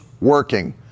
working